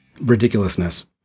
ridiculousness